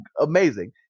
amazing